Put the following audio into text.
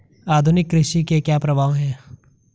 आधुनिक कृषि के क्या प्रभाव हैं?